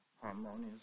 harmonious